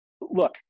look